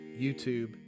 YouTube